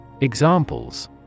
Examples